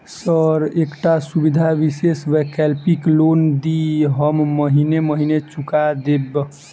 Sir एकटा सुविधा विशेष वैकल्पिक लोन दिऽ हम महीने महीने चुका देब?